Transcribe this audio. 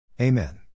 Amen